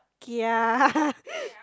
kia